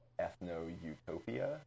ethno-utopia